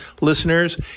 listeners